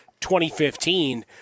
2015